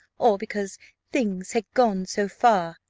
or because things had gone so far.